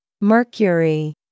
mercury